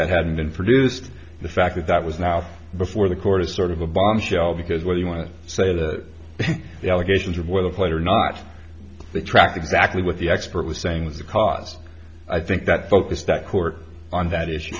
that hadn't been produced the fact that that was now before the court is sort of a bombshell because whether you want to say that the allegations are boilerplate or not they track exactly what the expert was saying was the cause i think that focused that court on that issue